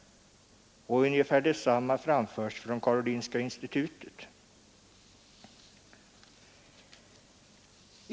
Ungefär detsamma anföres från Karolinska institutet.